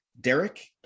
Derek